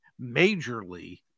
majorly